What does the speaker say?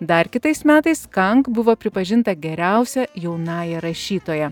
dar kitais metais kang buvo pripažinta geriausia jaunąja rašytoja